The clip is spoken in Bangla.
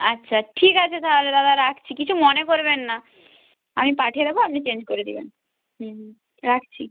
আচ্ছা ঠিক আছে তাহলে দাদা রাখছি কিছু মনে করবেন না আমি পাঠিয়ে দেবো আপনি চেঞ্জ করে দেবেন হুম হুম রাখছি